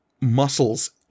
muscles